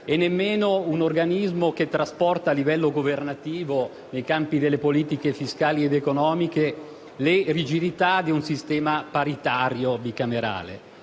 nemmeno di un organismo che trasporta a livello governativo, nei campi delle politiche fiscali ed economiche, le rigidità di un sistema paritario bicamerale.